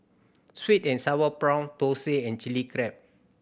sweet and sour prawn thosai and Chili Crab